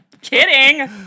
Kidding